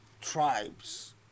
tribes